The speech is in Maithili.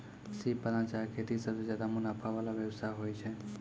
सिप पालन चाहे खेती सबसें ज्यादे मुनाफा वला व्यवसाय होय छै